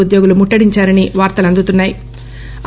ఉద్యోగులు ముట్లడించారని వార్తలు అందుతున్నా యి